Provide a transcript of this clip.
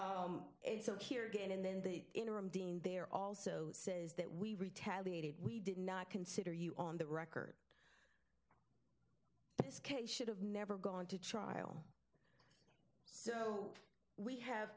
d so here again and then the interim dean there also says that we retaliated we did not consider you on the record this case should have never gone to trial so we have